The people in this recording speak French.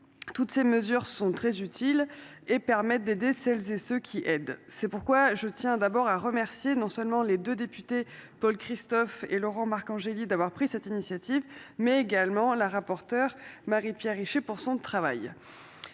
Toutes ces mesures sont très utiles. Elles permettent d’aider celles et ceux qui aident. C’est pourquoi je tiens à remercier non seulement nos deux collègues députés, Paul Christophe et Laurent Marcangeli, d’avoir pris cette initiative, mais aussi notre rapporteure, Marie Pierre Richer, pour son travail.